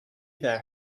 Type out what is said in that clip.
that